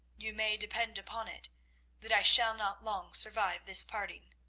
you may depend upon it that i shall not long survive this parting.